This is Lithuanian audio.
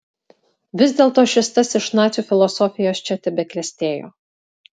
vis dėlto šis tas iš nacių filosofijos čia tebeklestėjo